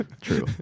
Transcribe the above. True